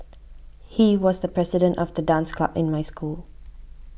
he was the president of the dance club in my school